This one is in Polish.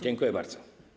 Dziękuję bardzo.